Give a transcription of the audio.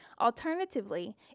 Alternatively